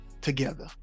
together